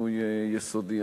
שינוי יסודי.